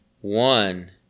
One